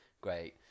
great